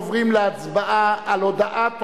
בלי שינוי של סדרי עדיפויות אמיתיים.